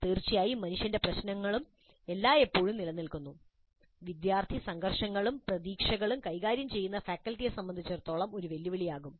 തീർച്ചയായും മനുഷ്യന്റെ പ്രശ്നം എല്ലായ്പ്പോഴും നിലനിൽക്കുന്നു വിദ്യാർത്ഥി സംഘർഷങ്ങളും പ്രതീക്ഷകളും കൈകാര്യം ചെയ്യുന്നത് ഫാക്കൽറ്റിയെ സംബന്ധിച്ചിടത്തോളം ഒരു വെല്ലുവിളിയാകും